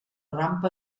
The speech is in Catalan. rampa